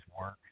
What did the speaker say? work